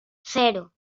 cero